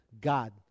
God